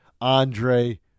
Andre